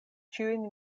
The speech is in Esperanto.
ĉiujn